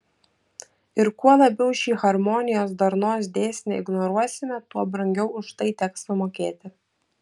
ir kuo labiau šį harmonijos darnos dėsnį ignoruosime tuo brangiau už tai teks sumokėti